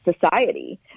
society